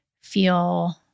feel